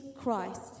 Christ